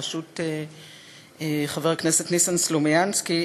בראשות חבר הכנסת ניסן סלומינסקי,